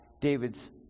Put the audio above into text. David's